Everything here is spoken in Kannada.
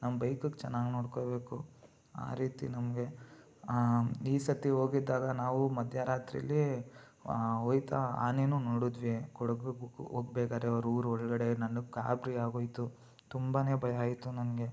ನಮ್ಮ ಬೈಕ್ಗೆ ಚೆನ್ನಾಗಿ ನೋಡ್ಕೊಬೇಕು ಆ ರೀತಿ ನಮಗೆ ಈ ಸತಿ ಹೋಗಿದ್ದಾಗ ನಾವು ಮಧ್ಯ ರಾತ್ರಿಯಲ್ಲಿ ಹೋಗ್ತಾ ಆನೆಯೂ ನೋಡಿದ್ವಿ ಕೊಡಗಿಗೆ ಹೋಗ್ಬೇಕಾದರೆ ಅವ್ರ ಊರೊಳಗಡೆ ನನಗೆ ಗಾಬರಿ ಆಗೋಯ್ತು ತುಂಬನೇ ಭಯ ಆಯ್ತು ನನಗೆ